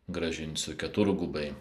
grąžinsiu keturgubai